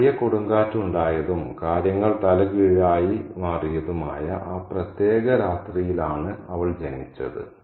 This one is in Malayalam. ഒരു വലിയ കൊടുങ്കാറ്റ് ഉണ്ടായതും കാര്യങ്ങൾ തലകീഴായി മാറിയതുമായ ആ പ്രത്യേക രാത്രിയിലാണ് അവൾ ജനിച്ചത്